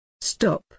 Stop